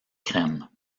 crème